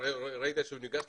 נותן